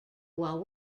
while